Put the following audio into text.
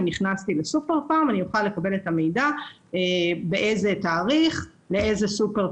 אם נכנסתי לסופר פארם אני אוכל לקבל את המידע באיזה תאריך נכנסתי,